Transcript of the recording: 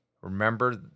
Remember